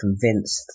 convinced